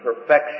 perfection